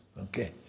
okay